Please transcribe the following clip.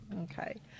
okay